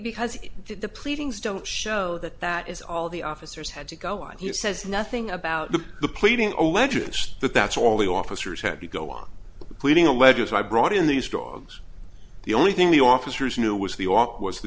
because he did the pleadings don't show that that is all the officers had to go on he says nothing about the pleading or wedges but that's all the officers had to go on pleading alleges i brought in these dogs the only thing the officers knew was the op was the